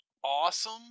awesome